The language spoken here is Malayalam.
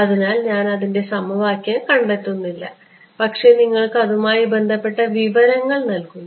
അതിനാൽ ഞാൻ അതിൻറെ സമവാക്യം കണ്ടെത്തുന്നില്ല പക്ഷേ നിങ്ങൾക്ക് അതുമായി ബന്ധപ്പെട്ട വിവരങ്ങൾ നൽകുന്നു